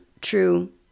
true